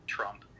Trump